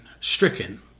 stricken